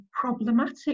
problematic